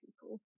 people